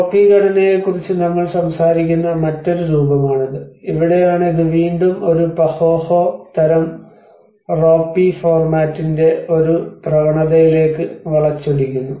റോപ്പി ഘടനയെക്കുറിച്ച് നമ്മൾ സംസാരിക്കുന്ന മറ്റൊരു രൂപമാണിത് ഇവിടെയാണ് ഇത് വീണ്ടും ഒരു പഹോഹോ തരം റോപ്പി ഫോർമാറ്റിന്റെ ഒരു പ്രവണതയിലേക്ക് വളച്ചൊടിക്കുന്നു